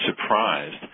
surprised